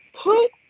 put